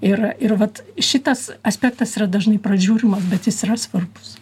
ir ir vat šitas aspektas yra dažnai pražiūrimas bet jis yra svarbus